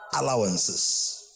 allowances